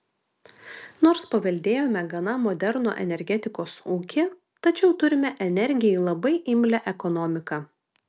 nors paveldėjome gana modernų energetikos ūkį tačiau turime energijai labai imlią ekonomiką